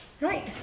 Right